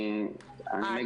אני מגיע לזה.